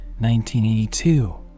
1982